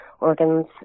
organs